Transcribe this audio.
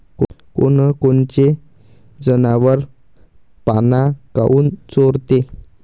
कोनकोनचे जनावरं पाना काऊन चोरते?